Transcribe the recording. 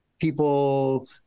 people